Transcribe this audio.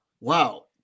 wow